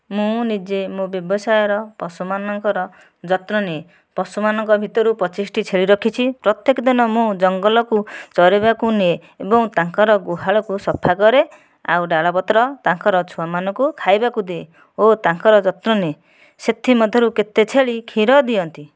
ମୁଁ ନିଜେ ମୋ ବ୍ୟବସାୟର ପଶୁମାନଙ୍କର ଯତ୍ନ ନିଏ ପଶୁମାନଙ୍କ ଭିତରୁ ପଚିଶଟି ଛେଳି ରଖିଛି ପ୍ରତ୍ୟେକ ଦିନ ମୁଁ ଜଙ୍ଗଲକୁ ଚରେଇବାକୁ ନିଏ ଏବଂ ତାଙ୍କର ଗୁହାଳକୁ ସଫା କରେ ଆଉ ଡାଳପତ୍ର ତାଙ୍କର ଛୁଆମାନଙ୍କୁ ଖାଇବାକୁ ଦିଏ ଓ ତାଙ୍କର ଯତ୍ନ ନିଏ ସେଥିମଧ୍ୟରୁ କେତେ ଛେଳି କ୍ଷୀର ଦିଅନ୍ତି